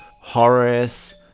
Horace